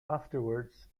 afterwards